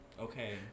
Okay